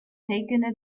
taken